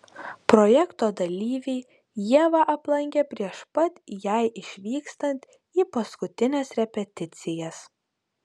projekto dalyviai ievą aplankė prieš pat jai išvykstant į paskutines repeticijas